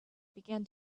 began